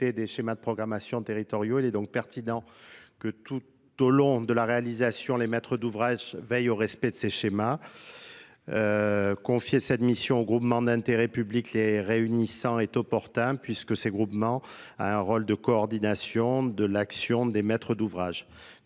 des schémas de programmation territoriale et est donc eston pertinent que tout au long de la réalisation les maîtres d'ouvrage veillent au respect de ces schémas confier cette mission aux groupements d'intérêts publics les réunissant est opportun puisque ces groupements à un rôle de coordination de l'action des maîtres d'ouvrage